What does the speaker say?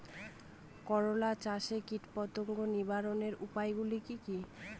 করলা চাষে কীটপতঙ্গ নিবারণের উপায়গুলি কি কী?